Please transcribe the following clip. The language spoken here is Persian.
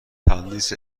تندیس